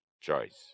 choice